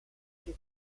dei